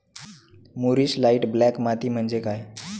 मूरिश light black माती म्हणजे काय?